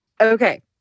Okay